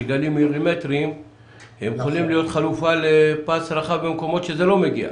שגלים מילימטריים יכולים להיות חלופה לפס רחב במקומות אליהם זה לא מגיע.